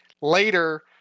later